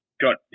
got